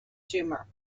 tumour